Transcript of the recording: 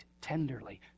tenderly